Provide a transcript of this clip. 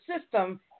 system